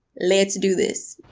let's do this.